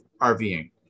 RVing